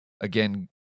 Again